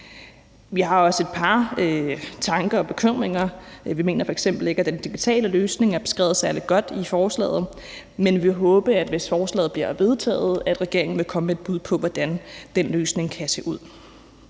Vi har også et par tanker og bekymringer. Vi mener f.eks. ikke, at den digitale løsning er beskrevet særlig godt i forslaget, men vil håbe, hvis forslaget bliver vedtaget, at regeringen vil komme med et bud på, hvordan den løsning kan se ud.